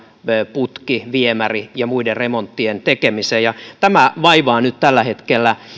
putki viemäri ja muiden remonttien tekemiseen tämä vaivaa nyt tällä hetkellä